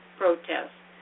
protests